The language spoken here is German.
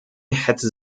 hätte